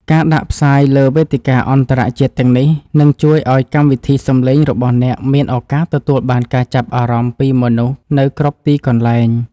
ការដាក់ផ្សាយលើវេទិកាអន្តរជាតិទាំងនេះនឹងជួយឱ្យកម្មវិធីសំឡេងរបស់អ្នកមានឱកាសទទួលបានការចាប់អារម្មណ៍ពីមនុស្សនៅគ្រប់ទីកន្លែង។